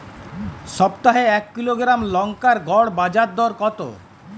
সপ্তাহে এক কিলোগ্রাম লঙ্কার গড় বাজার দর কতো?